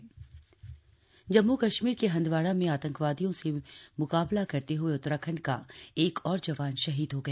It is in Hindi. शहीद नमन जम्म् कश्मीर के हंदवाड़ा में आतंकवादियों से म्काबला करते हए उत्तराखंड का एक और जवान शहीद हो गया